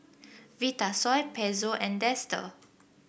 Vitasoy Pezzo and Dester